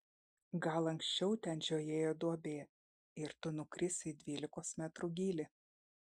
gal anksčiau ten žiojėjo duobė ir tu nukrisi į dvylikos metrų gylį